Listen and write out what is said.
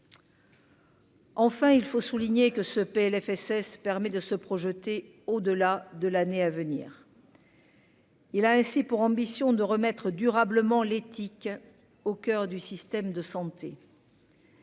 Enfin, il faut souligner que ce PLFSS permet de se projeter au-delà de l'année à venir. Il a ainsi pour ambition de remettre durablement l'éthique au coeur du système de santé.